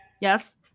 Yes